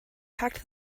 packed